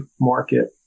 market